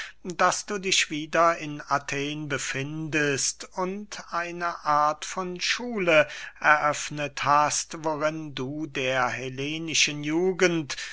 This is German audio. daß du dich wieder in athen befindest und eine art von schule eröffnet hast worin du der hellenischen jugend